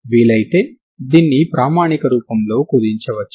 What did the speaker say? వీలైతే దీన్ని ప్రామాణిక రూపంలోకి కుదించవచ్చు